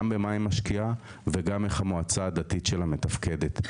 גם במה היא משקיע וגם איך המועצה הדתית שלה מתפקדת.